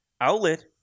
outlet